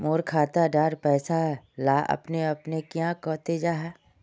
मोर खाता डार पैसा ला अपने अपने क्याँ कते जहा?